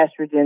estrogen